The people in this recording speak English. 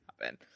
happen